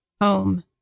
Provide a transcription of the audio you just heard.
home